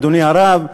אדוני הרב,